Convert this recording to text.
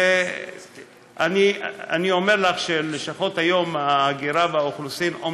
אני אומר לך שלשכות ההגירה והאוכלוסין היום